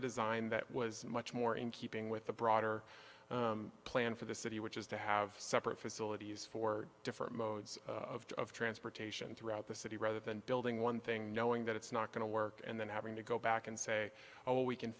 a design that was much more in keeping with the broader plan for the city which is to have separate facilities for different modes of transportation throughout the city rather than building one thing knowing that it's not going to work and then having to go back and say oh we